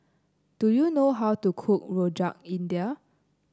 do you know how to cook Rojak India